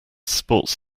sports